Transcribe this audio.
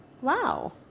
Wow